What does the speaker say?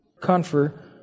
confer